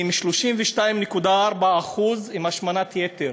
עם 32.4% השמנת יתר.